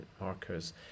markers